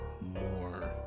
more